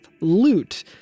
Loot